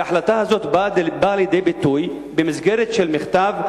ההחלטה הזאת באה לידי ביטוי במסגרת של מכתב,